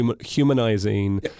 humanizing